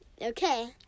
Okay